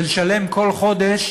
ולשלם כל חודש